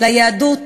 ליהדות